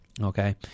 Okay